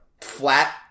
flat